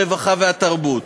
הרווחה והתרבות,